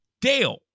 Dale